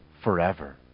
forever